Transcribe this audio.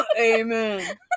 Amen